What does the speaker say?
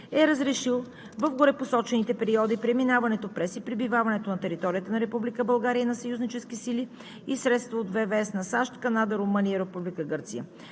е разрешил в горепосочените периоди преминаването през и пребиваването на територията на Република България на съюзнически сили и средства от ВВС на САЩ, Канада, Румъния и